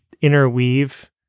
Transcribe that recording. interweave